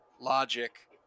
logic